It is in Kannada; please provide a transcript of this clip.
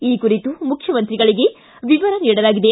ಈ ಕುರಿತು ಮುಖ್ಣಮಂತ್ರಿಗಳಿಗೆ ವಿವರ ನೀಡಲಾಗಿದೆ